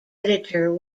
editor